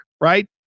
right